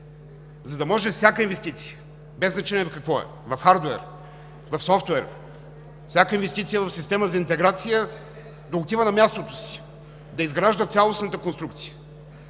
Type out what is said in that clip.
за да може всяка инвестиция, без значение в какво е – в хардуер, в софтуер, всяка инвестиция в система за интеграция да отива на мястото си, да изгражда цялостната конструкция.